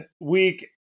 week